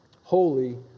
Holy